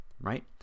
right